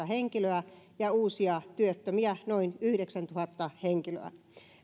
henkilöä ja uusia työttömiä noin yhdeksäntuhatta henkilöä